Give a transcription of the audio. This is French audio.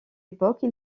époque